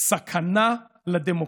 "סכנה לדמוקרטיה".